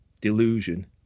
delusion